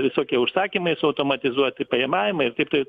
visokie užsakymai suautomatizuoti pajamavimai ir taip toliau